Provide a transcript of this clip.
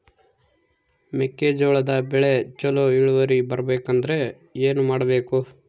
ಮೆಕ್ಕೆಜೋಳದ ಬೆಳೆ ಚೊಲೊ ಇಳುವರಿ ಬರಬೇಕಂದ್ರೆ ಏನು ಮಾಡಬೇಕು?